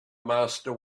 master